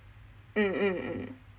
mm mm mm